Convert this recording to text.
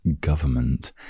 government